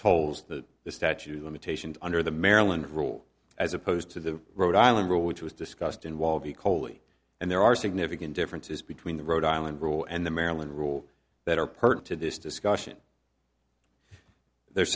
tolls that the statute of limitations under the maryland rule as opposed to the rhode island rule which was discussed in wall v coley and there are significant differences between the rhode island rule and the maryland rule that are per to this discussion there